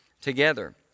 together